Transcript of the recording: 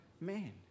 man